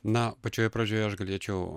na pačioj pradžioje aš galėčiau